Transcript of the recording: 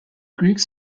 greeks